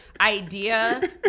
idea